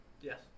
yes